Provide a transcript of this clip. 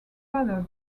father